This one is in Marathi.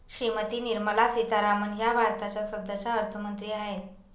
श्रीमती निर्मला सीतारामन या भारताच्या सध्याच्या अर्थमंत्री आहेत